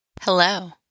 Hello